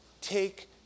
Take